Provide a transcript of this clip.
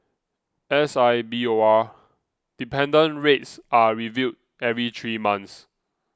S I B O R dependent rates are reviewed every three months